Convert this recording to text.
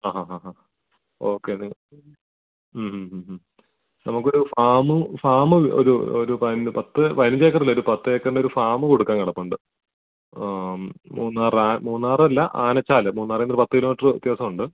ആ ആ ആ ആ ഓക്കെ നമ്മുക്ക് ഒരു ഫാമും ഫാമും ഒരു ഒരു പതിനൊന്ന് പത്ത് പതിനഞ്ച് ഏക്കറുള്ള ഒരു പത്ത് ഏക്കറിൻ്റെ ഒരു ഫാമു കൊടുക്കാൻ കിടപ്പുണ്ട് മൂന്നാർ മൂന്നാറ് അല്ല ആനച്ചാൽ മൂന്നാറിൽ നിന്ന് പത്ത് കിലോ മീറ്ററ് വ്യത്യാസമുണ്ട്